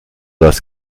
das